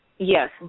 Yes